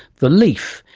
the leaf,